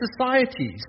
societies